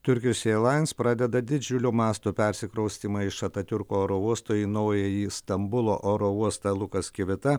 turkijos eirlains pradeda didžiulio masto persikraustymą iš atatiurko oro uosto į naująjį stambulo oro uostą lukas kivita